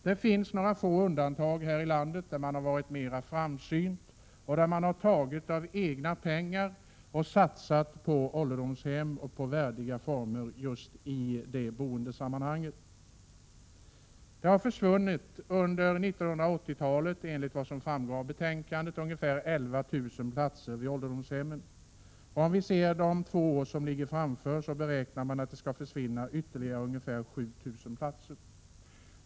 Det finns några få undantag här i landet, där man har varit mera framsynt och tagit av egna pengar för att satsa på ålderdomshemmen och på värdiga former av boende i det sammanhanget. Enligt vad som framgår av betänkandet har det under 1980-talet försvunnit ungefär 11 000 platser vid ålderdomshemmen. För de två år som närmast ligger framför oss beräknar man att det kommer att försvinna ytterligare ungefär 7 000 platser.